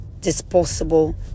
disposable